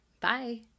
bye